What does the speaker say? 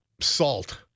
salt